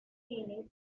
keane